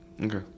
Okay